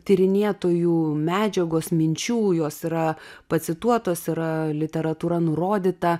tyrinėtojų medžiagos minčių jos yra pacituotos yra literatūra nurodyta